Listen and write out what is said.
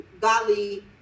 godly